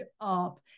up